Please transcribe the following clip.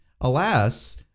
alas